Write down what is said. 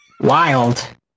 Wild